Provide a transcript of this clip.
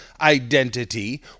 identity